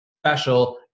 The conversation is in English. special